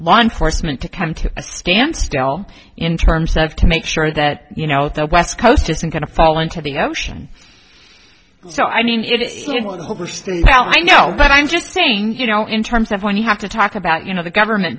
law enforcement to come to a standstill in terms of to make sure that you know the west coast isn't going to fall into the ocean so i mean it's all i know but i'm just saying you know in terms of when you have to talk about you know the government